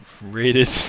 Rated